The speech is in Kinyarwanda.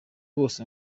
bose